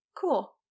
Cool